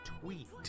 tweet